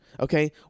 okay